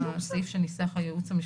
שם.